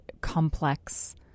complex